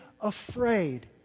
afraid